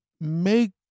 make